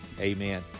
amen